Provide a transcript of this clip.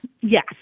Yes